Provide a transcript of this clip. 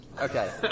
Okay